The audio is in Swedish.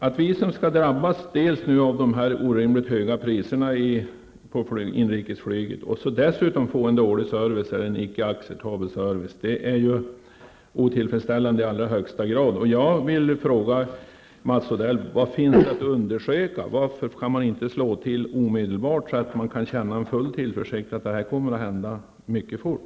Att vi som drabbas av dessa orimligt höga priser på inrikesflyget dessutom får en icke acceptabel service är i allra högsta grad otillfredsställande. Jag vill fråga Mats Odell följande: Vad finns det att undersöka? Varför kan man inte slå till omedelbart, så att man kan känna full tillförsikt när det gäller att detta kommer att ske mycket fort?